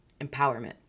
empowerment